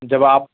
جب آپ